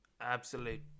absolute